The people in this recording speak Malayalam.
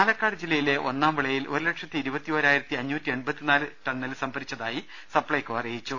പാലക്കാട് ജില്ലയിലെ ഒന്നാംവിളയിൽ ഒരു ലക്ഷത്തി ഇരുപതിയൊരായിരത്തി അഞ്ഞൂറ്റി എൺപത്തി നാല് ടൺ നെല്ല് സംഭരിച്ചതായി സപ്പൈക്കോ അറിയിച്ചു